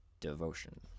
devotion